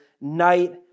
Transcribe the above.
night